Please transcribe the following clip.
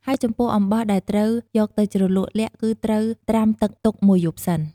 ហើយចំពោះអំបោះដែលត្រូវយកទៅជ្រលក់ល័ក្តគឺត្រូវត្រាំទឹកទុកមួយយប់សិន។